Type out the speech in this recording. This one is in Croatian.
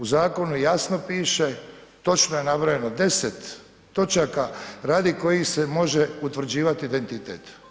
U zakonu jasno piše, točno je nabrojeno 10 točaka radi kojih se može utvrđivat identitet.